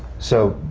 so,